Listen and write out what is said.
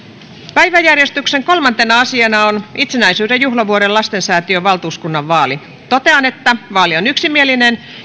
päiväjärjestyksen kolmantena asiana on itsenäisyyden juhlavuoden lastensäätiön valtuuskunnan vaali totean että vaali on yksimielinen